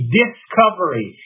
discovery